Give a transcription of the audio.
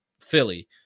Philly